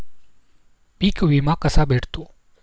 पीक विमा कसा भेटतो?